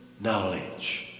knowledge